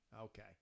okay